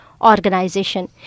organization